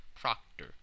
Proctor